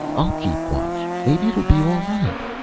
i'll keep watch. maybe it'll be all right.